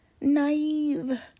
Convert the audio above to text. naive